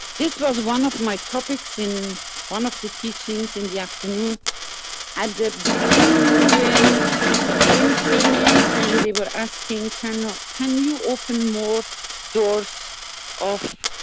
this was one of my topics in one of the teachings in the afternoon at the beginning when jim came in and they were asking, can you open more doors of.